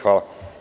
Hvala.